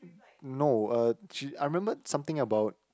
no uh she I remember something about